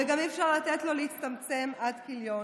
וגם אי-אפשר לתת לו להצטמצם עד כיליון.